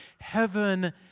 Heaven